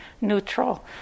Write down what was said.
neutral